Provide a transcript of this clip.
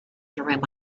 through